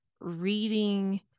reading